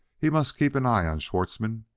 he must keep an eye on schwartzmann,